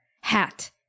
hat